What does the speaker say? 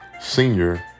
Senior